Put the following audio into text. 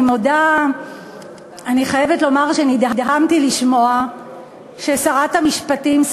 אני חייבת לומר שנדהמתי לשמוע ששרת המשפטים,